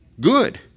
good